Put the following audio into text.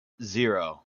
zero